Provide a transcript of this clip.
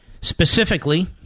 Specifically